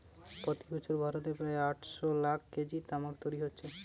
প্রতি বছর ভারতে প্রায় আটশ লাখ কেজি তামাক তৈরি হচ্ছে